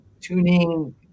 tuning